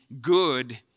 good